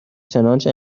چنانچه